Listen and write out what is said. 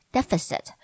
deficit